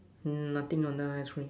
nothing on the ice cream